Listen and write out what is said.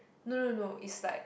no no no it's like